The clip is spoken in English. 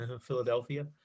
Philadelphia